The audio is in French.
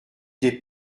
des